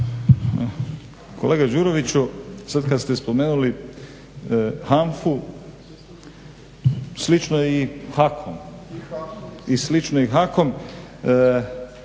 Kolega Đuroviću, sad kad ste spomenuli HANFA-u slično je i HAKOM.